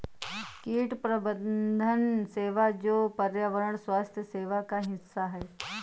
कीट प्रबंधन सेवा जो पर्यावरण स्वास्थ्य सेवा का हिस्सा है